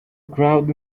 crowd